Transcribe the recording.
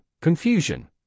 confusion